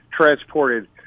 transported